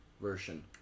version